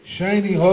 Shiny